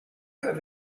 have